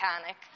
panic